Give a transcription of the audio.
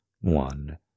one